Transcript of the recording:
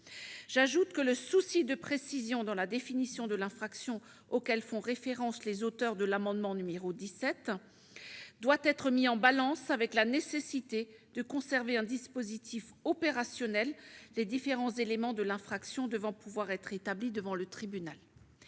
J'ajoute que le souci de précision dans la définition de l'infraction auquel font référence les auteurs de l'amendement n° 17 rectifié doit être mis en balance avec la nécessité de conserver un dispositif opérationnel, les différents éléments de l'infraction devant pouvoir être établis devant le tribunal.